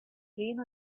dream